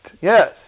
yes